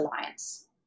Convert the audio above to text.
alliance